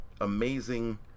amazing